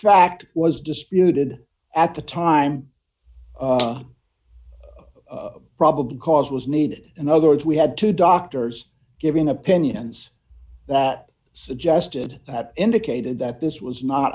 fact was disputed at the time probable cause was needed in other words we had two doctors giving opinions that suggested that indicated that this was not